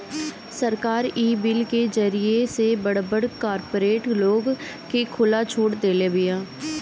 सरकार इ बिल के जरिए से बड़ बड़ कार्पोरेट लोग के खुला छुट देदेले बिया